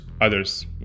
others